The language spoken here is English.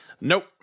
Nope